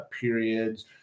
periods